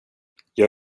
jag